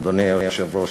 אדוני היושב-ראש,